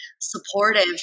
supportive